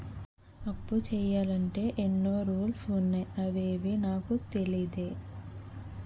అప్పు చెయ్యాలంటే ఎన్నో రూల్స్ ఉన్నాయా అవేవీ నాకు తెలీదే